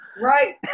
right